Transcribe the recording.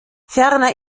ferner